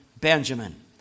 Benjamin